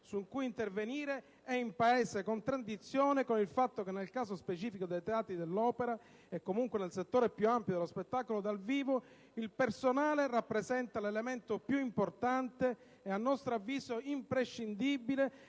su cui intervenire, è in palese contraddizione con il fatto che, nel caso specifico dei teatri dell'opera (e comunque nel settore più ampio dello spettacolo dal vivo), il personale rappresenta l'elemento più importante e, a nostro avviso, imprescindibile